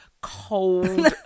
cold